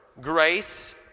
grace